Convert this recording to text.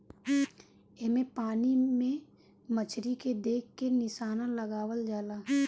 एमे पानी में मछरी के देख के निशाना लगावल जाला